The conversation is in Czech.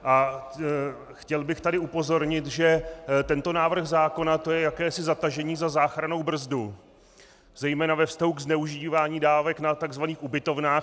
A chtěl bych tady upozornit, že tento návrh zákona, to je jakési zatažení za záchrannou brzdu zejména ve vztahu k zneužívání dávek na tzv. ubytovnách.